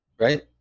right